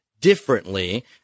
differently